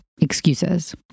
excuses